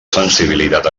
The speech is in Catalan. sensibilitat